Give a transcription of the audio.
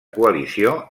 coalició